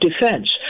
Defense